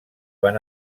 van